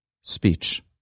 speech